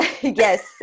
yes